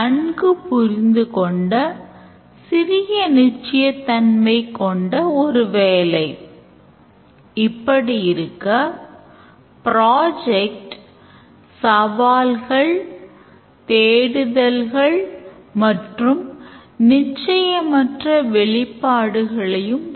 Scott Ambler 2005 இல் தனது புத்தகத்தில் ஒரு use caseசை எவ்வாறு ஆவணப்படுத்துவது என்று சில style noteகளைக் கொடுத்தார்